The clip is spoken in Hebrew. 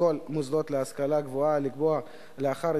המועצה להשכלה גבוהה (תיקון מס' 16),